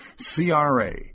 CRA